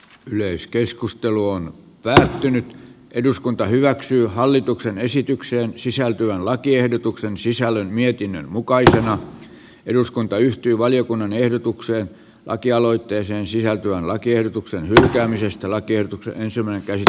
yleiskeskustelu on päätynyt eduskunta hyväksyy hallituksen esitykseen sisältyvän lakiehdotuksen sisällön mietinnön mukaisena eduskunta yhtyi valiokunnan ehdotukseen lakialoitteeseen sisältyvän lakiehdotuksen hylkäämisestä lakiehdotuksen ensimmäinen kerta